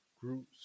groups